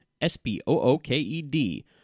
S-P-O-O-K-E-D